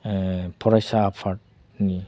फरायसा आफादनि